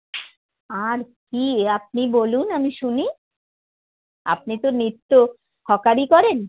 আর কি আপনি বলুন আমি শুনি আপনি তো নিত্য হকারি করেন